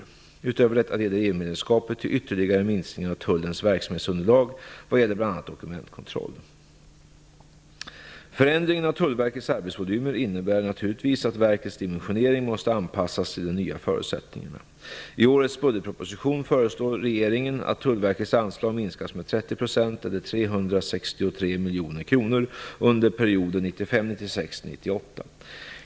Utöver detta leder EU-medlemskapet till ytterligare minskning av Tullens verksamhetsunderlag vad gäller bl.a. dokumentkontroll. Förändringarna av Tullverkets arbetsvolymer innebär naturligtvis att verkets dimensionering måste anpassas till de nya förutsättningarna. 1998.